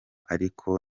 ariko